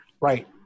Right